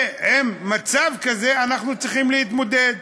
ועם מצב כזה אנחנו צריכים להתמודד,